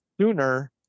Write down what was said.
sooner